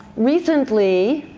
recently,